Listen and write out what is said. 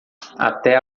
até